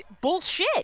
bullshit